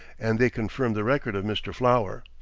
and they confirm the record of mr. flower.